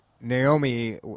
Naomi